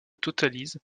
totalise